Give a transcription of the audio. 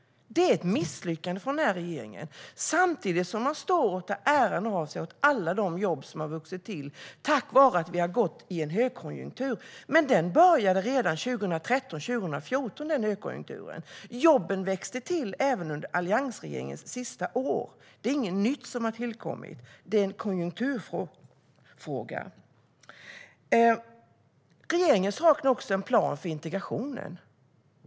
Det är ett misslyckande från regeringens sida. Samtidigt står man och tar åt sig äran för alla de jobb som har vuxit till tack vare att vi har gått in i en högkonjunktur. Högkonjunkturen började redan 2013-2014. Jobben växte till även under alliansregeringens sista år. Det är inget nytt som har tillkommit, utan det är en konjunkturfråga. Regeringen saknar också en plan för integrationen.